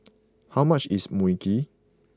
how much is Mui Kee